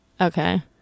Okay